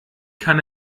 kann